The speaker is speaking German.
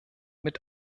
mit